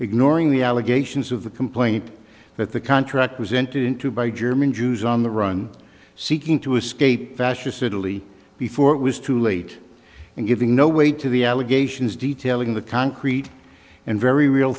ignoring the allegations of the complaint that the contract was entered into by german jews on the run seeking to escape fascist italy before it was too late and giving no way to the allegations detailing the concrete and very real